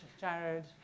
Jared